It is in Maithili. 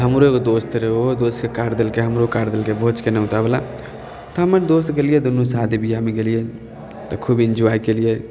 तऽ हमरो एगो दोस्त रहै ओहो दोसके कार्ड देलकै हमरो कार्ड देलकै भोजके न्योता वला तऽ हम आर दोस गेलियै दुनू शादी विवाह मे गेलियै तऽ खूब ईन्जॉय केलियै